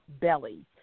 belly